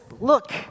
look